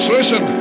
listen